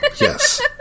Yes